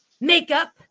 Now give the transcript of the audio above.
makeup